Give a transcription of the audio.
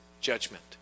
judgment